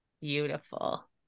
beautiful